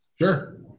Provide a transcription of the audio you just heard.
Sure